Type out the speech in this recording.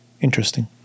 Interesting